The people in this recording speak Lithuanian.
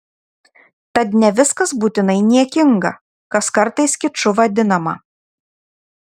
tad ne viskas būtinai niekinga kas kartais kiču vadinama